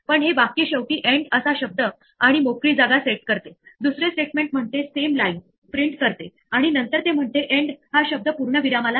ती या प्रकारामधली एरर नाही आणि ते डिफॉल्ट एक्सेप्ट स्टेटमेंट जवळ जाईल आणि इतर सर्व एक्सेप्शन्स ला पकडेल